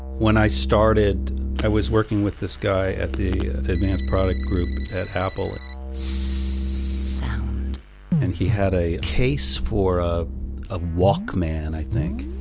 when i started i was working with this guy at the advanced product group at apple and so and he had a case for ah a walkman, i think.